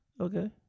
Okay